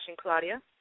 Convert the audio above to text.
Claudia